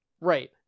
Right